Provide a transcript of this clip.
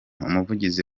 umuvugizi